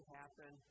happen